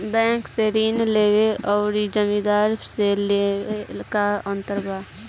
Bank से ऋण लेवे अउर जमींदार से लेवे मे का अंतर बा?